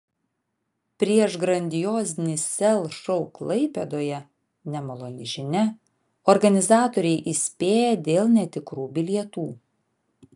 prieš grandiozinį sel šou klaipėdoje nemaloni žinia organizatoriai įspėja dėl netikrų bilietų